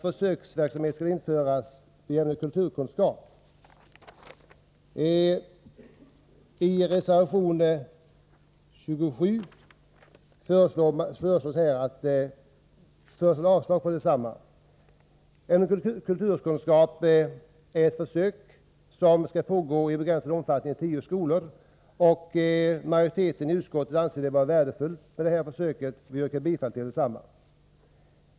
Försöksverksamheten med ämnet kulturkunskap skall pågå i begränsad omfattning i tio skolor. Utskottsmajoriteten anser denna försöksverksamhet vara värdefull och yrkar bifall till förslaget i propositionen.